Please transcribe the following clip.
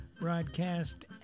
broadcast